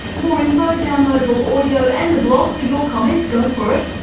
more info, downloadable audio and the blog for your comments, go for it,